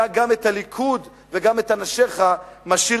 גם את הליכוד וגם את אנשיך אתה משאיר